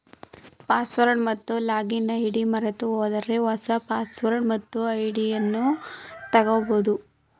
password ಮತ್ತು login ID ಮರೆತುಹೋದರೆ ಹೊಸ ಪಾಸ್ವರ್ಡ್ ಮತ್ತು ಐಡಿಯನ್ನು ತಗೋಬೋದು